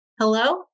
Hello